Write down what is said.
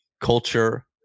culture